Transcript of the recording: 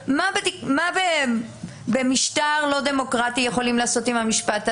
מה במשטר לא דמוקרטי יכולים לעשות עם המשפט הזה?